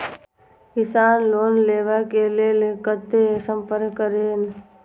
किसान लोन लेवा के लेल कते संपर्क करें?